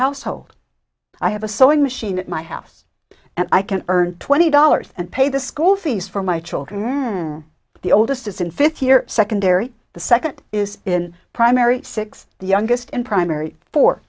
household i have a sewing machine at my house and i can earn twenty dollars and pay the school fees for my children the oldest is in fifth year secondary the second is in primary six the youngest in primary fo